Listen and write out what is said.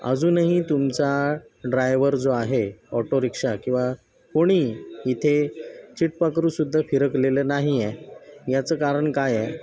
अजूनही तुमचा ड्रायव्हर जो आहे ऑटो रिक्षा किंवा कोणीही इथे चिटपाखरूसुद्धा फिरकलेलं नाही आहे याचं कारण काय आहे